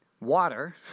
water